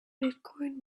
bitcoin